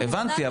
הבנתי,